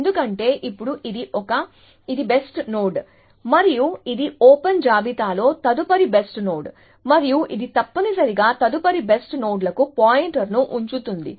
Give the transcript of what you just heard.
ఎందుకంటే ఇప్పుడు ఇది ఒక ఇది బెస్ట్ నోడ్ మరియు ఇది ఓపెన్ జాబితాలో తదుపరి బెస్ట్ నోడ్ మరియు ఇది తప్పనిసరిగా తదుపరి బెస్ట్ నోడ్ లకు పాయింటర్ను ఉంచుతుంది